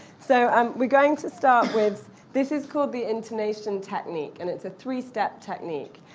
so um we're going to start with this is called the intonation technique, and it's a three-step technique.